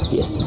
Yes